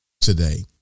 today